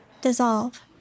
dissolve